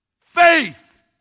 Faith